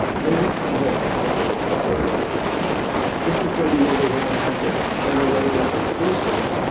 and so this is the whole concept about social distancing because this is maybe what we have in terms of ventilators and physicians.